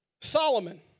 Solomon